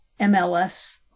MLS